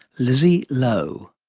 lizzie lowe.